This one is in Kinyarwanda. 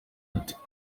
ate